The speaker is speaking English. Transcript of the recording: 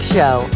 Show